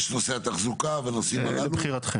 יש את נושא התחזוקה והנושאים הללו.